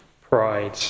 pride